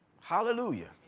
Hallelujah